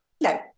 No